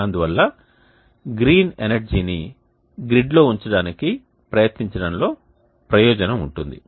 అందువల్ల గ్రీన్ ఎనర్జీని గ్రిడ్లో ఉంచడానికి ప్రయత్నించడంలో ప్రయోజనం ఉంటుంది